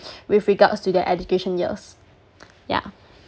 with regards to their education years yeah